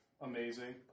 amazing